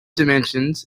dimensions